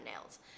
nails